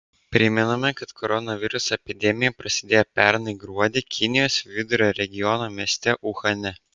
primename kad koronaviruso epidemija prasidėjo pernai gruodį kinijos vidurio regiono mieste uhane